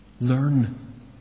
Learn